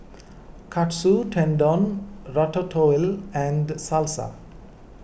Katsu Tendon Ratatouille and Salsa